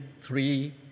three